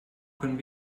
können